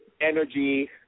energy